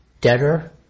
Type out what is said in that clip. debtor